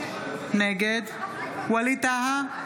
נגד ווליד טאהא,